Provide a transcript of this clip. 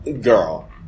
girl